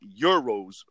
euros